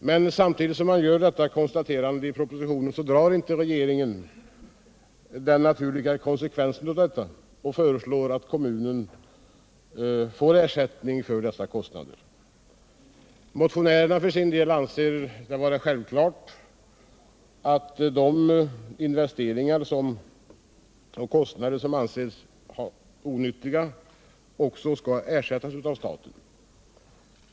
Men trots att regeringen gör dessa konstateranden i propositionen drar man inte de naturliga konsekvenserna av detta genom att föreslå att kommunen får ersättning för dessa kostnader. Motionärerna anser det självklart att kostnader som bedöms som onyttiga också skall ersättas av staten.